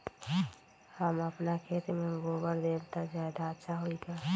हम अपना खेत में गोबर देब त ज्यादा अच्छा होई का?